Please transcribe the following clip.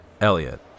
Elliot